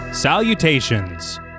salutations